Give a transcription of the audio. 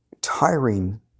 tiring